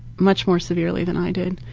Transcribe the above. much more severely than i did.